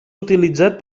utilitzat